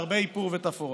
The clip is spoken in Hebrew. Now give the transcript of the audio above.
והרבה איפור ותפאורה.